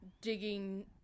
digging